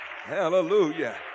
hallelujah